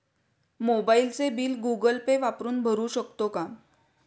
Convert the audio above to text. मोबाइलचे bill Google Pay वापरून भरू शकतो का?